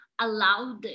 allowed